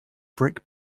brick